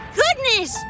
goodness